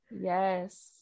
Yes